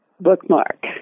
Bookmark